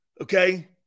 Okay